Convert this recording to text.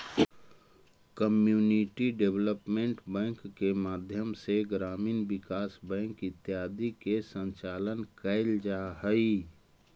community development bank के माध्यम से ग्रामीण विकास बैंक इत्यादि के संचालन कैल जा हइ